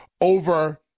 over